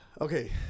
Okay